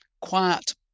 quiet